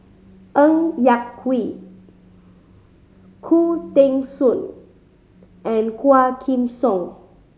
Ng Yak Whee Khoo Teng Soon and Quah Kim Song